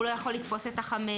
הוא לא יכול לתפוס את החמץ.